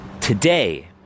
Today